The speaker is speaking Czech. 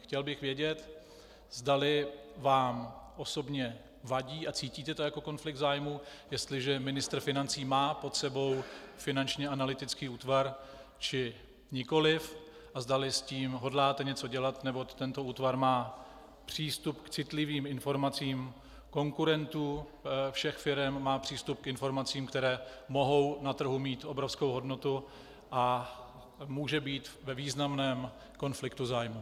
Chtěl bych vědět, zdali vám osobně vadí a cítíte to jako konflikt zájmu, jestliže ministr financí má pod sebou Finanční analytický útvar, či nikoliv, a zdali s tím hodláte něco dělat, neboť tento útvar má přístup k citlivým informacím konkurentům všech firem, má přístup k informacím, které mohou na trhu mít obrovskou hodnotu, a může být ve významném konfliktu zájmu.